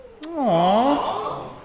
Aww